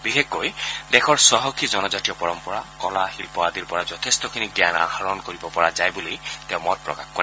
বিশেষকৈ দেশৰ চহকী জনজাতীয় পৰম্পৰা কলা শিন্ন আদিৰ পৰা যথেষ্টখিনি জ্ঞান আহৰণ কৰিব পৰা যায় বুলি তেওঁ মত প্ৰকাশ কৰে